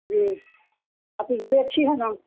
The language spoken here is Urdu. جی آپ کی گاڑی اچھی ہے نا